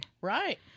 Right